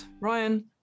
Ryan